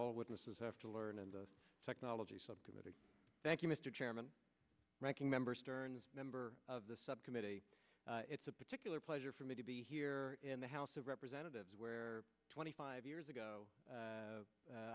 all witnesses have to learn in the technology subcommittee thank you mr chairman ranking member stearns member of the subcommittee it's a particular pleasure for me to be here in the house of representatives where twenty five years ago